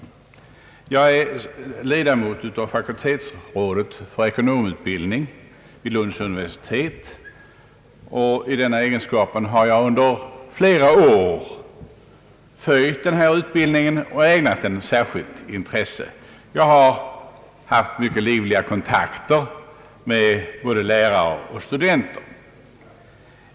Jag är nämligen ledamot av fakultetsrådet för ekonomutbildning vid Lunds universitet. I denna egenskap har jag under flera år följt denna utbildning och ägnat den ett särskilt intresse. Jag har haft mycket livliga kontakter med både lärare och studenter.